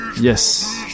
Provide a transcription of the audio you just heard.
Yes